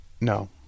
No